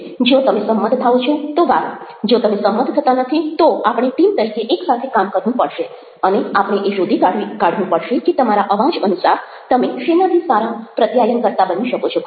જો તમે સંમત થાઓ છો તો વારુ જો તમે સંમત થતા નથી તો આપણે ટીમ તરીકે એક સાથે કામ કરવું પડશે અને આપણે એ શોધી કાઢવું પડશે કે તમારા અવાજ અનુસાર તમે શેનાથી સારા પ્રત્યાયનકર્તા બની શકો છો ખરું